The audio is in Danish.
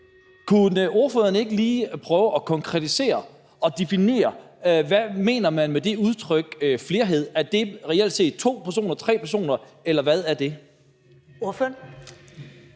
Kunne ordføreren ikke lige prøve at konkretisere og definere, hvad man mener med udtrykket flerhed: Er det reelt set to personer, er det tre personer, eller hvad er det? Kl.